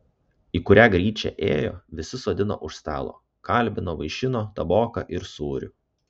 į kurią gryčią ėjo visi sodino už stalo kalbino vaišino taboka ir sūriu